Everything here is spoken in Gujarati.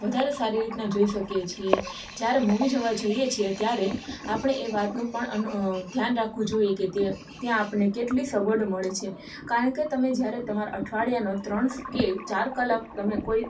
વધારે સારી રીતનાં જોઈ શકીએ છીએ જ્યારે મૂવી જોવાં જઈએ છીએ ત્યારે આપણે એ વાતનું પણ ધ્યાન રાખવું જોઈએ કે તે ત્યાં આપણને કેટલી સગવડો મળે છે કારણ કે તમે જ્યારે તમારાં અઠવાડિયાનો ત્રણ કે ચાર કલાક તમે કોઈ